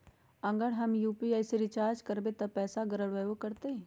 अगर हम यू.पी.आई से रिचार्ज करबै त पैसा गड़बड़ाई वो करतई?